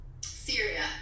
Syria